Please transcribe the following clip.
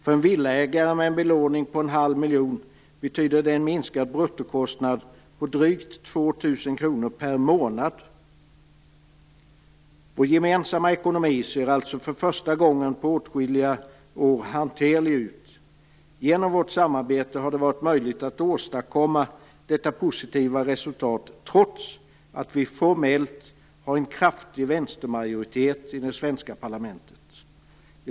För en villaägare med en belåning på en halv miljon kronor betyder det en minskad bruttokostnad på drygt 2 000 kr per månad. Vår gemensamma ekonomi ser alltså för första gången på åtskilliga år hanterlig ut. Genom vårt samarbete har det varit möjligt att åstadkomma detta positiva resultat trots att vi formellt har en kraftig vänstermajoritet i det svenska parlamentet.